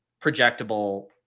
projectable